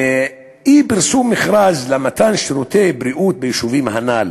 אי-פרסום מכרז למתן שירותי בריאות ביישובים הנ"ל